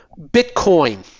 Bitcoin